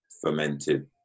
fermented